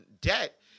debt